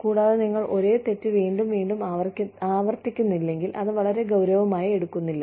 കൂടാതെ നിങ്ങൾ ഒരേ തെറ്റ് വീണ്ടും വീണ്ടും ആവർത്തിക്കുന്നില്ലെങ്കിൽ അത് വളരെ ഗൌരവമായി എടുക്കുന്നില്ല